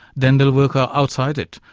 then they will work ah outside it.